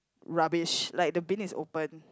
rubbish like the bin is open